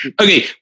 Okay